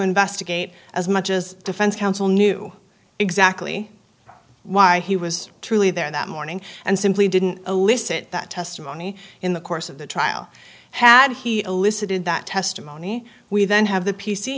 investigate as much as defense counsel knew exactly why he was truly there that morning and simply didn't elicit that testimony in the course of the trial had he elicited that testimony we then have the p